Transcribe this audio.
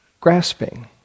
grasping